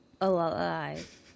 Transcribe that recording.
alive